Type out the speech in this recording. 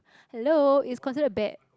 hello it's considered bad